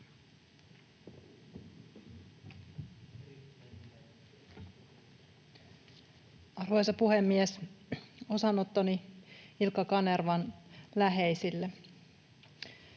Arvoisa puhemies! Osanottoni Ilkka Kanervan läheisille.